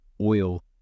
Oil